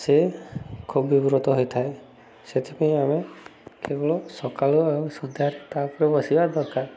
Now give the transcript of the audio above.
ସେ ଖୁବ୍ ବିବୃତ ହୋଇଥାଏ ସେଥିପାଇଁ ଆମେ କେବଳ ସକାଳୁ ଆଉ ସନ୍ଧ୍ୟାରେ ତା ଉପରେ ବସିବା ଦରକାର